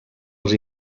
els